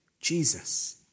Jesus